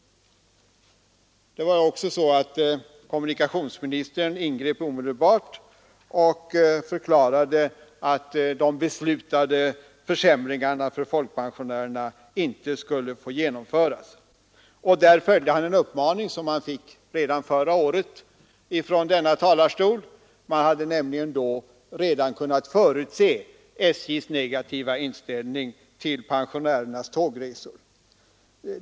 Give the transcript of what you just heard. Kommunikationsministern ingrep också omedelbart och förklarade att de beslutade försämringarna för folkpensionärerna inte skulle få genomföras. Där följde han en uppmaning som han fick redan förra året från denna talarstol. Man hade nämligen redan då kunnat förutse SJ:s negativa inställning till pensionärernas tågresor.